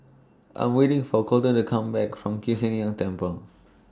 I'm waiting For Colten to Come Back from Kiew Sian King and Temple